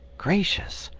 gracious!